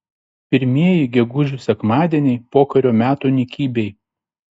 pirmieji gegužių sekmadieniai pokario metų nykybėj